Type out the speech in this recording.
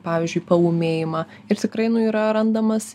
pavyzdžiui paūmėjimą ir tikrai nu yra randamas